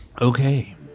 Okay